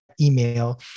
email